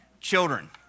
children